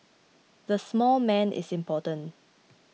the small man is important